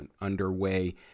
underway